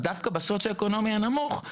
דווקא בסוציו-אקונומי הנמוך,